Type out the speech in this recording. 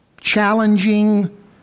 challenging